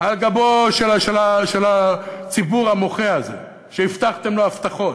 על גבו של הציבור המוחה הזה, שהבטחתם לו הבטחות.